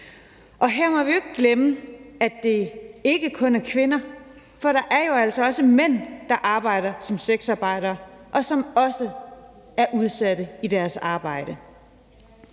Her må vi ikke glemme, at det ikke kun er kvinder, for der er jo altså også mænd, der arbejder som sexarbejdere, og som også er udsat i deres arbejde.